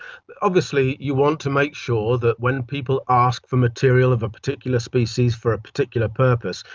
obviously you want to make sure that when people ask for material of a particular species for a particular purpose,